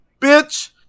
bitch